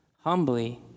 humbly